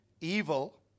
evil